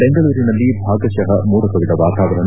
ಬೆಂಗಳೂರಿನಲ್ಲಿ ಭಾಗತಃ ಮೋಡ ಕವಿದ ವಾತಾವರಣ